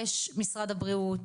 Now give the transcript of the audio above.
יש משרד הבריאות,